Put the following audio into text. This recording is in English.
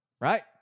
Right